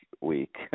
week